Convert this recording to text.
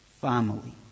family